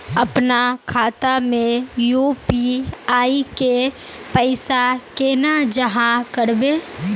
अपना खाता में यू.पी.आई के पैसा केना जाहा करबे?